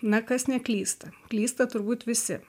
na kas neklysta klysta turbūt visi